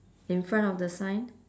in front of the sign